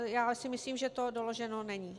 Já si myslím, že to doloženo není.